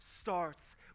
starts